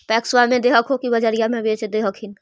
पैक्सबा मे दे हको की बजरिये मे बेच दे हखिन?